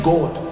God